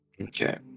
Okay